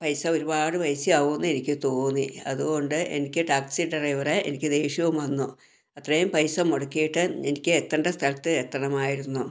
പൈസ ഒരുപാട് പൈസ ആകുമെന്ന് എനിക്ക് തോന്നി അതുകൊണ്ട് എനിക്ക് ടാക്സി ഡ്രൈവറെ എനിക്ക് ദേഷ്യവും വന്നു അത്രേയും പൈസ മുടക്കിയിട്ട് എനിക്ക് എത്തേണ്ട സ്ഥലത്ത് എത്തണമായിരുന്നു